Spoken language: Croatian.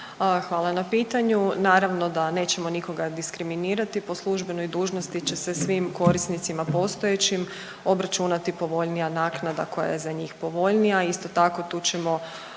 Hvala na pitanju. Naravno da nećemo nikoga diskriminirati, po službenoj dužnosti će se svim korisnicima postojećim obračunati povoljnija naknada koja je za njih povoljnija. Isto tako tu ćemo